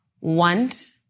want